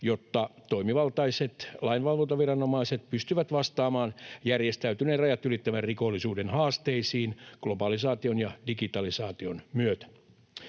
jotta toimivaltaiset lainvalvontaviranomaiset pystyvät vastaamaan järjestäytyneen rajat ylittävän rikollisuuden haasteisiin globalisaation ja digitalisaation myötä.